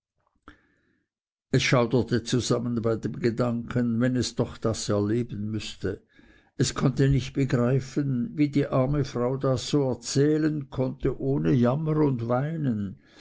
es schauderte zusammen bei dem gedanken wenn es doch das erleben müßte es konnte nicht begreifen wie die arme frau das so erzählen konnte ohne jammer und weinen